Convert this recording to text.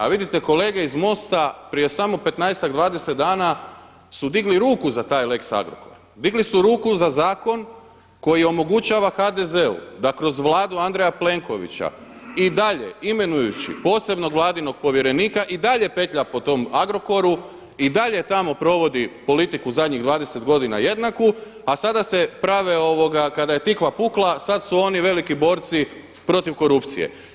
A vidite kolege iz MOST-a prije samo 15-ak, 20 dana su digli ruku za taj lex Agrokor, digli su ruku za zakon koji omogućava HDZ-u da kroz Vladu Andreja Plenkovića i dalje imenujući posebnog Vladinog povjerenika, i dalje petlja po tom Agrokoru, i dalje tamo provodi politiku zadnjih 20 godina jednaku a sada se prave kada je tikva pukla, sada su oni veliki borci protiv korupcije.